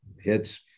hits